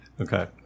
Okay